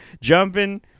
jumping